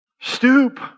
Stoop